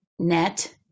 net